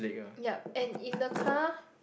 ya and in the car